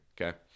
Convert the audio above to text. okay